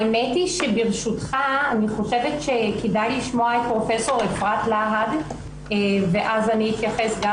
האמת היא שברשותך כדאי לשמוע את פרופ' אפרת להד ואז אתייחס גם